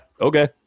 okay